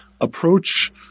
approach